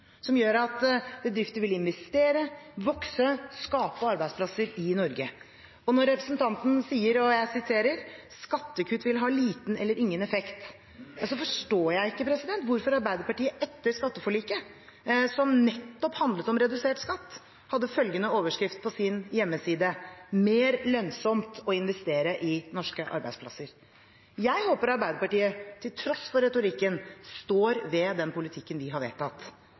som gjør at bedrifter vil investere, vokse, skape arbeidsplasser i Norge. Når representanten sier at – og jeg siterer – «skattekutt vil ha liten eller ingen effekt», forstår jeg ikke hvorfor Arbeiderpartiet etter skatteforliket, som nettopp handlet om redusert skatt, hadde følgende overskrift på sin hjemmeside: «Mer lønnsomt å investere i norske arbeidsplasser» Jeg håper Arbeiderpartiet, til tross for retorikken, står ved den politikken vi har vedtatt.